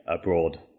abroad